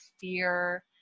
fear